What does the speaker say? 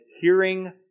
hearing